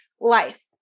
life